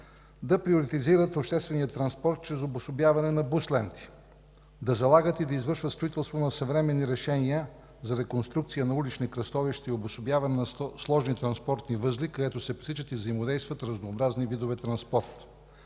да приоритизират обществения транспорт чрез обособяване на бус-ленти; да залагат и да извършват строителство на съвременни решения за реконструкция на улични кръстовища и обособяване на сложни транспортни възли, където се пресичат и взаимодействат разнообразни видове транспорт;